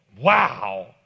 wow